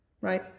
right